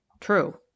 True